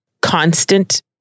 constant